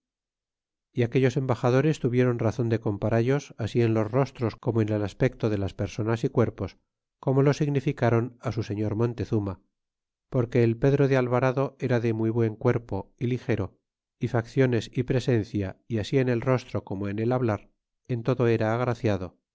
y aquellos embaxadores tuvieron razon de comparallos así en los rostros como en el aspecto de las personas y cuerpos como lo significron su señor montezuma porque el pedro de alvarado era de muy buen cuerpo y ligero y facciones y presencia y así en el rostro como en el hablar en todo era agraciado